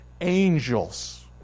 angels